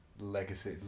legacy